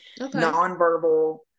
nonverbal